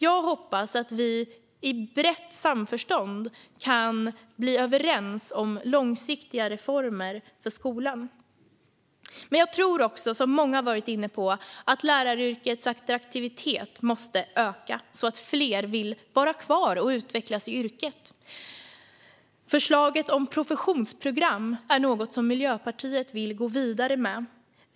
Jag hoppas att vi i brett samförstånd kan bli överens om långsiktiga reformer för skolan. Men jag tror också, som många har varit inne på, att läraryrkets attraktivitet måste öka, så att fler vill vara kvar och utvecklas i yrket. Förslaget om professionsprogram är något som Miljöpartiet vill gå vidare med.